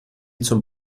zum